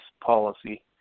policy